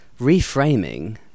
reframing